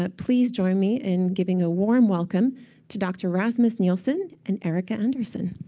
but please join me in giving a warm welcome to dr. rasmus nielsen and erica anderson.